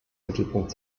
mittelpunkt